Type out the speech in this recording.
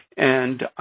and